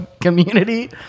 community